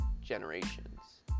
generations